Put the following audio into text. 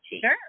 Sure